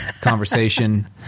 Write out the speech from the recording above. conversation